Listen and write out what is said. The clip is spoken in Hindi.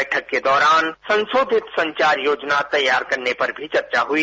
बैठक के दौरान संशोधित संचार योजना तैयार करने पर भी चर्चा हुई